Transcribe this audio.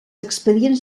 expedients